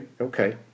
Okay